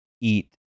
eat